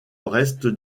reste